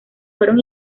fueron